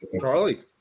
Charlie